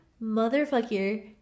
motherfucker